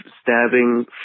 stabbing